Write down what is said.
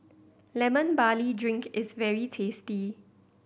Lemon Barley Drink is very tasty